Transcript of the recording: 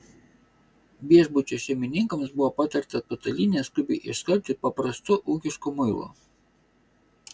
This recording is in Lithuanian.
viešbučio šeimininkams buvo patarta patalynę skubiai išskalbti paprastu ūkišku muilu